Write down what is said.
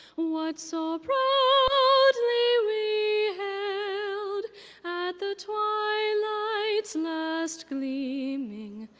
what so proudly we hailed at the twilight's last gleaming,